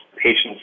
Patients